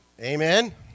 Amen